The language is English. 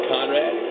Conrad